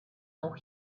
auch